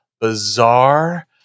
bizarre